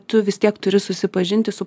tu vis tiek turi susipažinti su